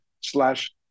slash